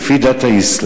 לפי דת האסלאם,